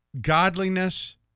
godliness